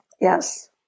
Yes